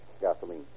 Gasoline